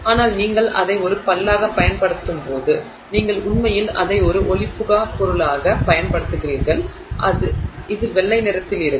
ஆனால் நீங்கள் அதை ஒரு பல்லாகப் பயன்படுத்தும்போது நீங்கள் உண்மையில் அதை ஒரு ஒளிபுகா பொருளாகப் பயன்படுத்துகிறீர்கள் இது வெள்ளை நிறத்தில் இருக்கும்